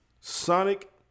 sonic